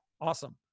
awesome